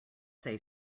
say